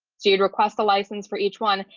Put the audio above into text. jude request a license for each one.